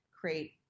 Create